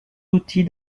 outils